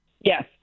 Yes